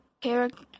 character